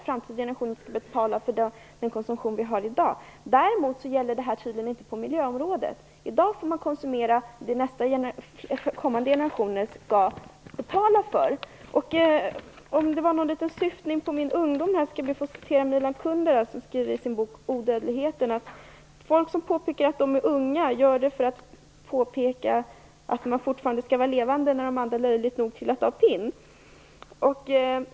Framtida generationer skall inte betala för den konsumtion som vi har i dag. Däremot gäller det tydligen inte på miljöområdet. Dagens konsumtion får framtida generationer betala för. Om det var en syftning på min ungdom skall jag be att få citera ur Milan Kunderas bok Odödligheten: "Den som påpekar att han är ung gör det föra att visa att han fortfarande lever när de andra trillat av pinn."